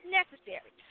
necessary